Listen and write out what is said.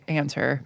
answer